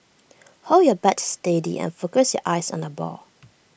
hold your bat steady and focus your eyes on the ball